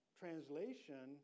translation